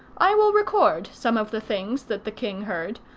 i will record some of the things that the king heard,